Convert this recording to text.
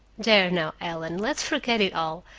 there now, ellen, let's forget it all,